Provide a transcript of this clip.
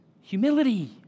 Humility